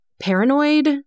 paranoid